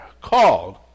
called